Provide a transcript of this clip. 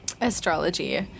astrology